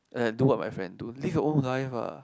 do what my friend do live you own life ah